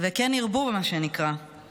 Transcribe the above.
וכן ירבו, מה שנקרא.